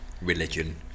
religion